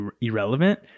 irrelevant